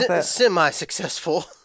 Semi-successful